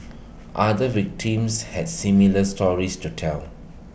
other victims had similar stories to tell